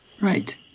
Right